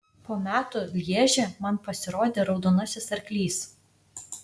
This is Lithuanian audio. po metų lježe man pasirodė raudonasis arklys